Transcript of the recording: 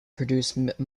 produce